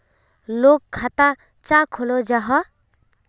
लोग खाता चाँ खोलो जाहा?